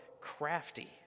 crafty